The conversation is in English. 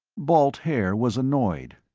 balt haer was annoyed.